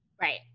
Right